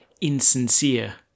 insincere